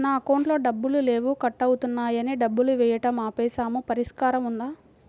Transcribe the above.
నా అకౌంట్లో డబ్బులు లేవు కట్ అవుతున్నాయని డబ్బులు వేయటం ఆపేసాము పరిష్కారం ఉందా?